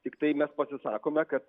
tiktai mes pasisakome kad